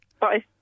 Bye